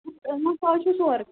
مصال چھُ سورٕے